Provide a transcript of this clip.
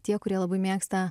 tie kurie labai mėgsta